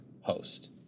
host